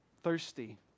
thirsty